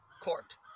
court